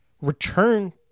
return